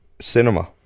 cinema